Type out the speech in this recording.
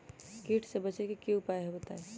कीट से बचे के की उपाय हैं बताई?